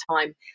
time